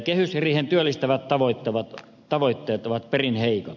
kehysriihen työllistävät tavoitteet ovat perin heikot